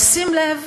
אבל שים לב,